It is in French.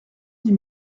dix